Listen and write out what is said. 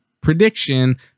prediction